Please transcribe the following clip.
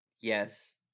yes